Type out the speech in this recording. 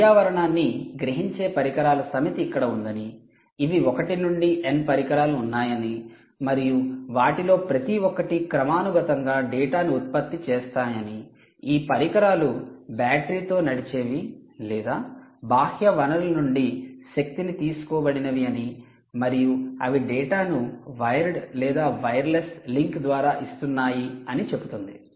పర్యావరణాన్ని గ్రహించే పరికరాల సమితి ఇక్కడ ఉందని ఇవి 1 నుండి n పరికరాలు ఉన్నాయని మరియు వాటిలో ప్రతి ఒక్కటి క్రమానుగతంగా డేటాను ఉత్పత్తి చేస్తాయని ఈ పరికరాలు బ్యాటరీతో నడిచేవి లేదా బాహ్య వనరుల నుండి శక్తిని తీసుకోబడినవి అని మరియు అవి డేటాను వైర్డు లేదా వైర్లెస్ లింక్ ద్వారా ఇస్తున్నాయి అని చెబుతుంది